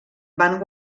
van